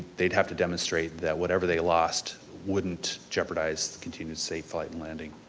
they'd have to demonstrate that whatever they lost wouldn't jeopardize the continued safe flight and landing.